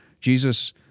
Jesus